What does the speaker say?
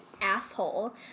asshole